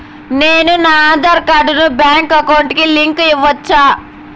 నేను నా ఆధార్ కార్డును బ్యాంకు అకౌంట్ కి లింకు ఇవ్వొచ్చా?